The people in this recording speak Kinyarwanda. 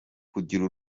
kugira